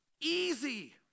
easy